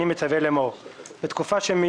אני מצווה לאמור: הוראת שעה בתקופה שמיום